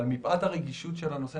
אבל מפאת הרגישות של הנושא,